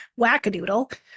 wackadoodle